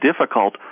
difficult